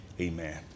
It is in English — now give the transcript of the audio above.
amen